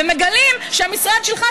ומגלים שהמשרד שלך,